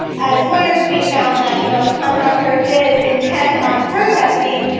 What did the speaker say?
as lawyers we found that you know if a contractor is intent on protesting,